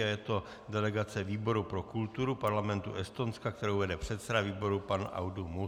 Je to delegace výboru pro kulturu Parlamentu Estonska, kterou vede předseda výboru pan Aadu Must.